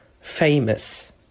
famous